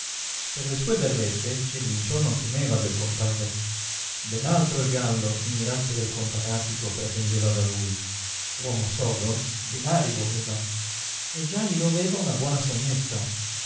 per le sue berrette cirlinciò non temeva del compare ben altro il gallo in grazia del comparàtico pretendeva da lui uomo sodo denari voleva e già gli doveva una buona sommetta